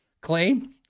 claim